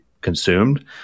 consumed